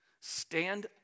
stand